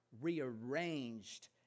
rearranged